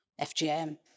FGM